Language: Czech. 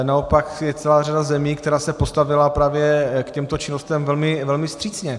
Naopak, je celá řada zemí, která se postavila právě k těmto činnostem velmi vstřícně.